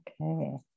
Okay